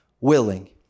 willing